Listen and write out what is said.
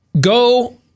Go